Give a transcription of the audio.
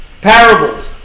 Parables